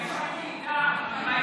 יש מעל